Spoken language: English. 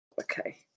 Okay